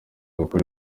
gukora